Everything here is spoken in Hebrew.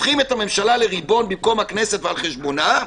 הופכים את הממשלה לריבון במקום הכנסת ועל חשבונה,